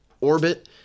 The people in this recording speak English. orbit